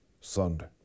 Sunday